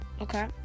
Okay